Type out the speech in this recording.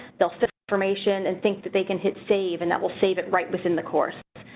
they'll see information and think, that they can hit save and that will save it right within the course,